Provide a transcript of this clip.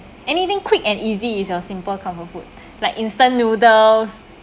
anything quick and easy is your simple comfort food like instant noodles